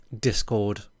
discord